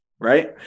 right